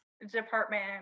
department